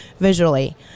visually